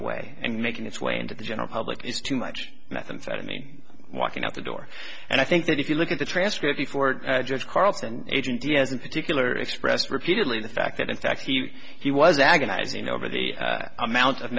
away and making its way into the general public is too much methamphetamine walking out the door and i think that if you look at the transcript before judge carlson agent diaz in particular expressed repeatedly the fact that in fact he he was agonizing over the amount of